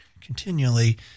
continually